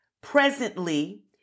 presently